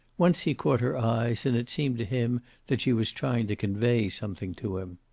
once he caught her eyes and it seemed to him that she was trying to convey something to him.